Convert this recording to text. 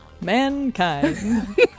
Mankind